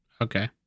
Okay